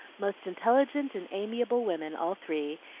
most intelligent and amiable women all three,